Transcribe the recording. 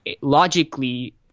logically